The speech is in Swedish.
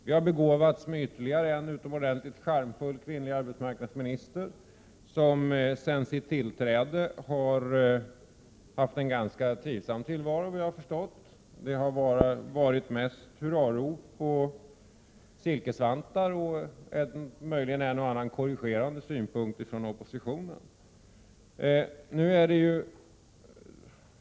Vi har begåvats med ytterligare en utomordentligt charmfull kvinnlig arbetsmarknadsminister, som sedan sitt tillträde har haft en ganska trivsam tillvaro, vad jag har förstått. Det har varit mest hurrarop och silkesvantar och möjligen en och annan korrigerande synpunkt från oppositionen.